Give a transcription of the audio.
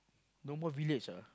no more village ah